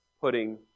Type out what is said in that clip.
putting